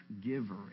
giver